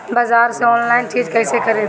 बाजार से आनलाइन चीज कैसे खरीदी?